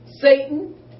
Satan